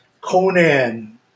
Conan